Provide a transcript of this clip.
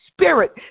spirit